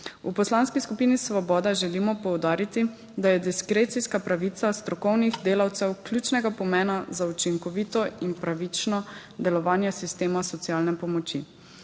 V Poslanski skupini Svoboda želimo poudariti, da je diskrecijska pravica strokovnih delavcev ključnega pomena za učinkovito in pravično delovanje sistema socialne pomoči.